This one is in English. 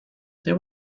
there